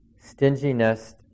stinginess